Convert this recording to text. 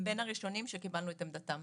הם בין הראשונים שקיבלנו את עמדתם,